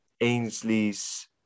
Ainsley's